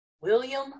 William